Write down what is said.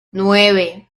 nueve